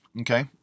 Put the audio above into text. okay